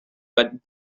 but